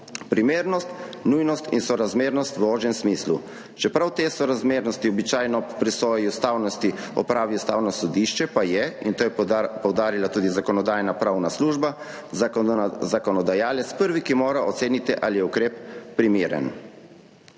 primernost, nujnost in sorazmernost v ožjem smislu. Čeprav te sorazmernosti običajno ob presoji ustavnosti opravi Ustavno sodišče, pa je, in to je poudarila tudi Zakonodajno-pravna služba, zakonodajalec prvi, ki mora oceniti, ali je ukrep primeren.